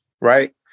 Right